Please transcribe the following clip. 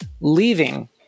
leaving